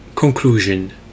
Conclusion